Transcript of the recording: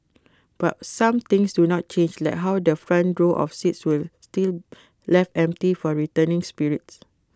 but some things do not change like how the front row of seats where still left empty for returning spirits